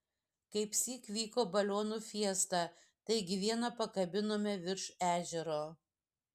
kaipsyk vyko balionų fiesta taigi vieną pakabinome virš ežero